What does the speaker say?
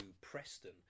Preston